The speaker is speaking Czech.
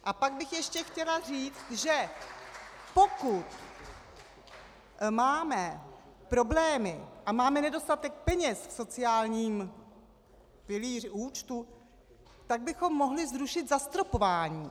A pak bych ještě chtěla říct, že pokud máme problémy a máme nedostatek peněz v sociálním účtu, tak bychom mohli zrušit zastropování.